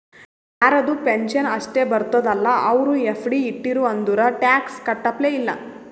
ಯಾರದು ಪೆನ್ಷನ್ ಅಷ್ಟೇ ಬರ್ತುದ ಅಲ್ಲಾ ಅವ್ರು ಎಫ್.ಡಿ ಇಟ್ಟಿರು ಅಂದುರ್ ಟ್ಯಾಕ್ಸ್ ಕಟ್ಟಪ್ಲೆ ಇಲ್ಲ